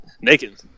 naked